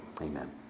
Amen